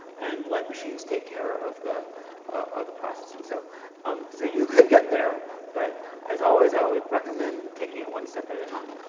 and let machines take care of the of the processes. so um so you could get there, but as always, i would recommend taking it one step at a time.